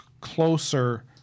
Closer